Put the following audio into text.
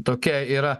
tokia yra